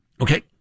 Okay